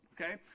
okay